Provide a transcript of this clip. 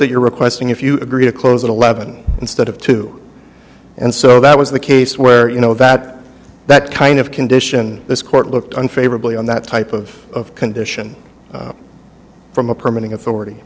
that you're requesting if you agree to close at eleven instead of two and so that was the case where you know that that kind of condition this court looked unfavorably on that type of condition from a permanent authority